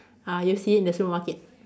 uh you'll see it in the supermarket